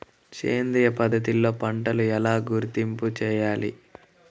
సేంద్రియ పద్ధతిలో పంటలు ఎలా గుర్తింపు చేయాలి?